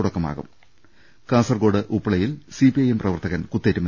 തുടക്കമാകും കാസർക്കോട് ഉപ്പളയിൽ C P I M പ്രവർത്തകൻ കുത്തേറ്റ്